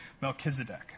Melchizedek